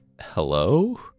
Hello